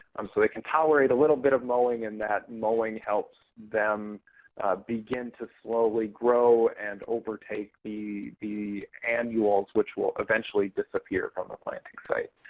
um so they can tolerate a little bit of mowing, and that mowing helps them begin to slowly grow and overtake the the annuals, which will eventually disappear from the planting site.